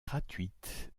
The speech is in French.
gratuite